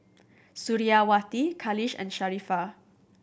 Suriawati Khalish and Sharifah